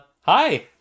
hi